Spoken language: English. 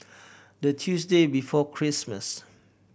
the Tuesday before Christmas